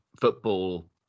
football